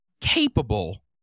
capable